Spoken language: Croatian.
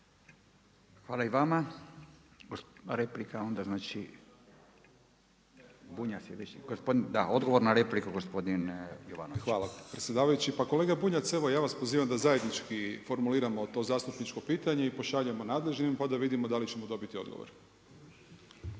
Hvala lijepa gospodine predsjedavajući. Pa kolega Bunjac evo ja vas pozivam da zajednički formuliramo to zastupničko pitanje i pošaljemo nadležnim pa da vidimo da li ćemo dobiti odgovor.